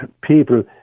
people